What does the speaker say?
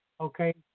okay